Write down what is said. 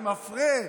זה מפרה,